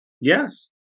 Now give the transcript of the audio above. Yes